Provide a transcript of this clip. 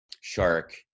shark